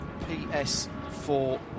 PS4